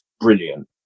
brilliant